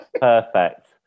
Perfect